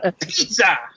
pizza